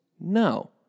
No